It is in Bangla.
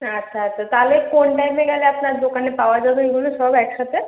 আচ্ছা আচ্ছা আচ্ছা তাহলে কোন টাইমে গেলে আপনার দোকানে পাওয়া যাবে বলুন সব একসাথে